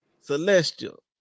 Celestial